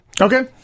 okay